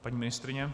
Paní ministryně?